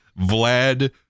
Vlad